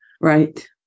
Right